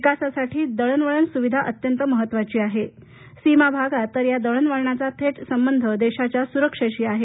विकासासाठी दळणवळण सुविधा अत्यंत महत्त्वाची आहे सीमाभागात तर या दळणवळाणाचा थेट संबंध देशाच्या सुरक्षेशी आहे